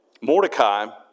Mordecai